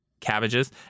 cabbages